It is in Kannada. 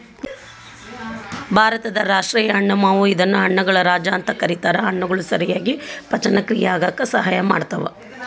ಭಾರತದ ರಾಷ್ಟೇಯ ಹಣ್ಣು ಮಾವು ಇದನ್ನ ಹಣ್ಣುಗಳ ರಾಜ ಅಂತ ಕರೇತಾರ, ಹಣ್ಣುಗಳು ಸರಿಯಾಗಿ ಪಚನಕ್ರಿಯೆ ಆಗಾಕ ಸಹಾಯ ಮಾಡ್ತಾವ